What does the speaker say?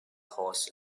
horse